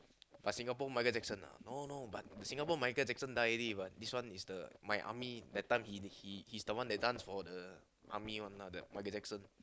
but Singapore Michael-Jackson ah no no but Singapore Michael-Jackson die already but this one is the my army that time he he he's the one that dance for the army one that Michael-Jackson